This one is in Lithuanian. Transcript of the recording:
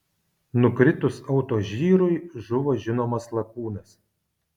nukritus autožyrui žuvo žinomas lakūnas